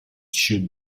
should